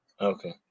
Okay